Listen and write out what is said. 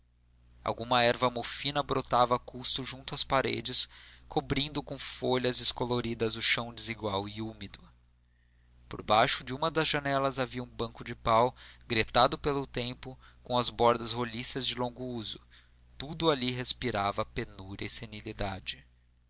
alguma erva mofina brotava a custo junto às paredes cobrindo com folhas descoloridas o chão desigual e úmido por baixo de uma das janelas havia um banco de pau gretado pelo tempo com as bordas roliças de longo uso tudo ali respirava penúria e senilidade